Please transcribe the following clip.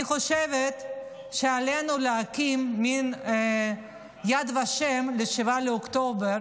אני חושבת שעלינו להקים מין יד ושם ל-7 באוקטובר,